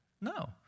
No